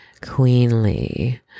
queenly